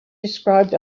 described